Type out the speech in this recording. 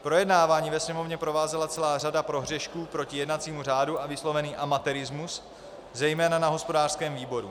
Projednávání ve Sněmovně provázela celá řada prohřešků proti jednacímu řádu a vyslovený amatérismus, zejména na hospodářském výboru.